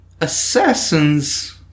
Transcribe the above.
assassins